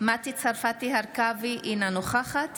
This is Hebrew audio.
מטי צרפתי הרכבי, אינה נוכחת